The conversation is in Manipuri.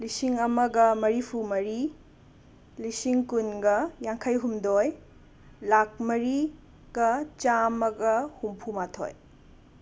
ꯂꯤꯁꯤꯡ ꯑꯃꯒ ꯃꯔꯤꯐꯨꯃꯔꯤ ꯂꯤꯁꯤꯡꯀꯨꯟꯒ ꯌꯥꯡꯈꯩꯍꯨꯝꯗꯣꯏ ꯂꯥꯛ ꯃꯔꯤꯒ ꯆꯥꯝꯃꯒ ꯍꯨꯝꯐꯨꯃꯥꯊꯣꯏ